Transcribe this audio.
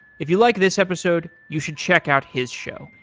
if you like this episode, you should check out his show.